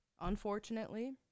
unfortunately